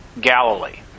Galilee